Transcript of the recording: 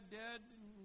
dead